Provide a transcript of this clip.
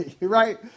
right